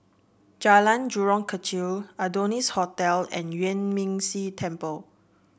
Jalan Jurong Kechil Adonis Hotel and Yuan Ming Si Temple